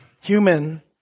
human